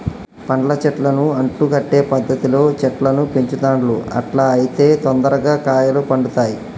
పండ్ల చెట్లను అంటు కట్టే పద్ధతిలో చెట్లను పెంచుతాండ్లు అట్లా అయితే తొందరగా కాయలు పడుతాయ్